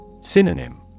Synonym